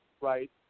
right